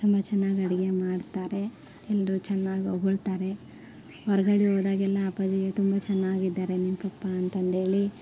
ತುಂಬ ಚೆನ್ನಾಗ್ ಅಡುಗೆ ಮಾಡ್ತಾರೆ ಎಲ್ಲರೂ ಚೆನ್ನಾಗ್ ಹೊಗಳ್ತಾರೆ ಹೊರಗಡೆ ಹೋದಾಗೆಲ್ಲ ಅಪ್ಪಾಜಿಗೆ ತುಂಬ ಚೆನ್ನಾಗಿದ್ದಾರೆ ನಿಮ್ಮ ಪಪ್ಪ ಅಂತಂದೇಳಿ